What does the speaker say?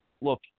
Look